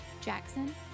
Jackson